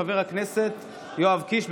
חבר הכנסת יואב קיש.